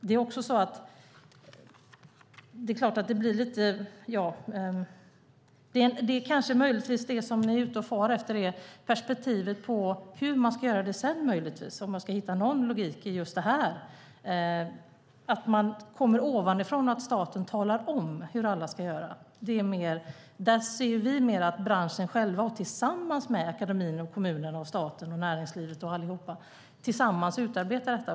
Det som ni far efter är möjligtvis perspektivet på hur man ska göra det sedan, för att hitta någon logik i det här, att man kommer ovanifrån och att staten talar om hur alla ska göra. Där ser vi mer att branschen själv och tillsammans med akademin, kommunerna, staten, näringslivet och allihop ska utarbeta detta.